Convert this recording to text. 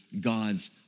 God's